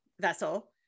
vessel